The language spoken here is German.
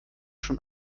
schon